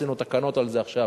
עשינו תקנות על זה עכשיו,